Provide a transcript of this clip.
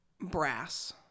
brass